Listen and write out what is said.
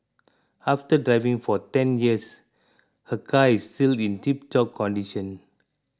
after driving for ten years her car is still in tiptop condition